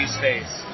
space